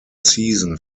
season